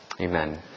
Amen